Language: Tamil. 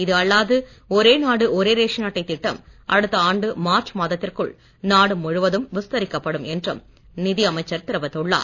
இது அல்லாது ஒரே நாடு ஒரே ரேஷன் அட்டைத் திட்டம் அடுத்த ஆண்டு மார்ச் மாதத்திற்குள் நாடு முழுவதும் விஸ்தரிக்கப் படும் என்றும் நிதி அமைச்சர் தெரிவித்துள்ளார்